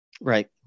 right